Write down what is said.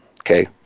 Okay